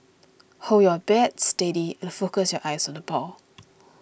hold your bat steady and focus your eyes on the ball